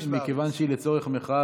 מכיוון שהיא לצורך מחאה,